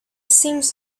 seems